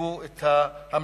והציגו את ההמלצות.